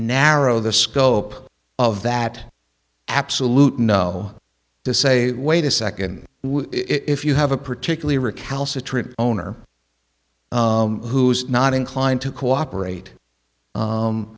narrow the scope of that absolute no to say wait a second if you have a particularly recalcitrant owner who is not inclined to cooperate